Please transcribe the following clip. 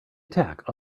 attack